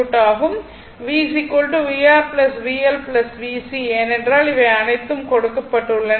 V vR VL VC ஏனென்றால் இவை அனைத்தும் கொடுக்கப்பட்டுள்ளன